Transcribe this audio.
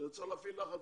צריך להפעיל לחץ.